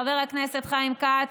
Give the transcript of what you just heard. חבר הכנסת חיים כץ,